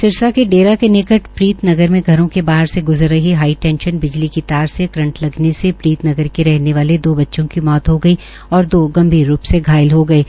सिरसा के डेरा के निकट प्रीत नगर में घरों के बाहर से ग्जर रही हाईटेशन बिजली की तार से करंट लगने से प्रीत नगर के रहनेवाले दो बच्चों की मौत हो गई और दो गंभीर रूप से घायल हो गये